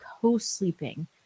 co-sleeping